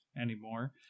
anymore